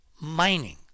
mining